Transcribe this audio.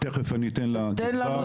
תיכף אתן לגזבר לפרט.